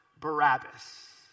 Barabbas